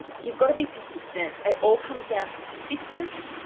you've got to be persistent. it all comes down to persistence,